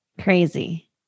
crazy